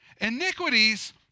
Iniquities